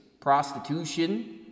Prostitution